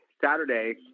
Saturday